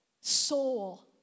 soul